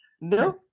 No